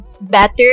better